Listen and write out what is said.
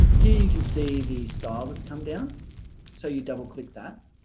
here you can see the style that's come down so you double click that